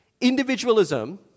Individualism